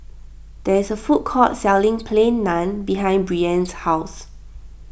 there is a food court selling Plain Naan behind Brianne's house